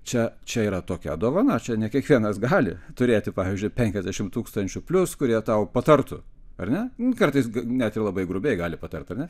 čia čia yra tokia dovana čia ne kiekvienas gali turėti pavyzdžiui penkiasdešimt tūkstančių plius kurie tau patartų ar ne kartais net ir labai grubiai gali patart ane